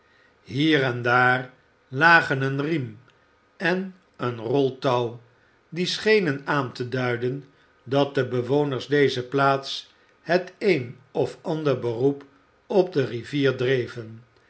hier en daar lagen een riem en eene rol touw die schenen aan te duiden dat de bewoners dezer plaats het een of ander beroep op de rivier dreven